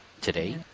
today